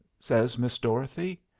says miss dorothy.